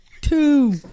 Two